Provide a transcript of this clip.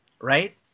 right